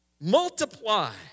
Multiply